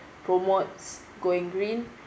promotes going green